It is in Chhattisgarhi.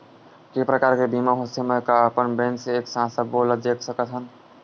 के प्रकार के बीमा होथे मै का अपन बैंक से एक साथ सबो ला देख सकथन?